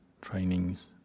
trainings